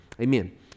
Amen